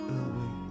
away